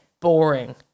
boring